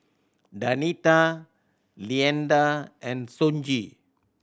Danita Leander and Sonji